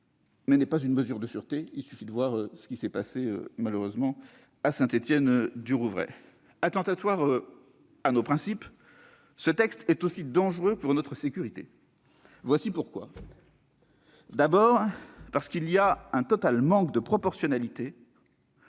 mais n'est pas une mesure de sûreté : il suffit de voir ce qu'il s'est hélas ! passé à Saint-Étienne-du-Rouvray. Attentatoire à nos principes, ce texte est aussi dangereux pour notre sécurité. D'abord, il y a un total manque de proportionnalité